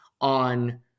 on